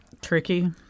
tricky